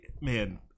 man